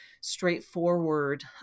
straightforward